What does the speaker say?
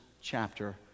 chapter